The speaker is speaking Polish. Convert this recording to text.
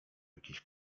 jakiś